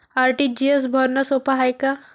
RTGS भरनं सोप हाय का?